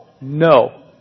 No